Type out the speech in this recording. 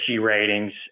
ratings